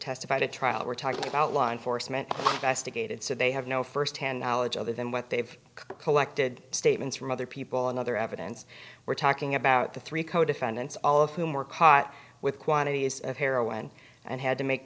testified at trial we're talking about law enforcement just a gated so they have no firsthand knowledge other than what they've collected statements from other people and other evidence we're talking about the three co defendants all of whom were caught with quantities of heroin and had to make